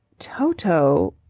toto.